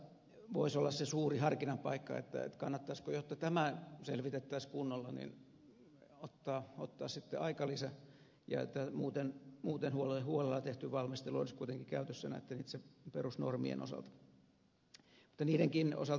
tässä voisi olla se suuri harkinnan paikka kannattaisiko jotta tämä selvitettäisiin kunnolla ottaa sitten aikalisä ja muuten huolella tehty valmistelu olisi kuitenkin käytössä näitten itse perusnormien osalta